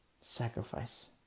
Sacrifice